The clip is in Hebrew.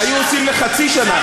היו עושים לחצי שנה.